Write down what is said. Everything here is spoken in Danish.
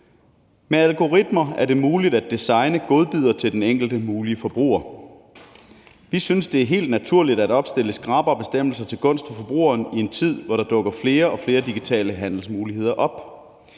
Med algoritmer er det muligt at designe godbidder til den enkelte mulige forbruger. Vi synes, det er helt naturligt at opstille skrappere bestemmelser til gunst for forbrugeren i en tid, hvor der dukker flere og flere digitale handelsmuligheder op.